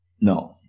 No